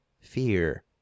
fear